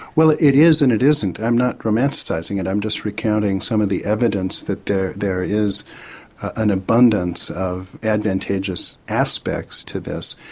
well it it is and it isn't. i'm not romanticising it i'm just recounting some of the evidence that there there is an abundance of advantageous aspects to this.